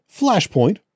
Flashpoint